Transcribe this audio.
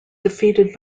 defeated